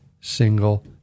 single